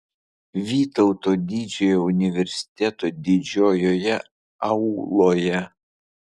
vytauto didžiojo universiteto didžiojoje auloje